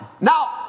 Now